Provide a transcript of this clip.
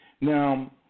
Now